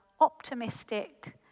optimistic